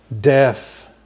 death